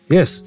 Yes